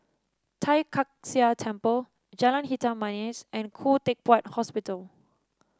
Tai Kak Seah Temple Jalan Hitam Manis and Khoo Teck Puat Hospital